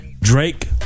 Drake